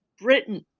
Britain